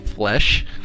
flesh